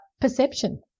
perception